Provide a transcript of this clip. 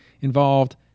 involved